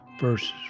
verses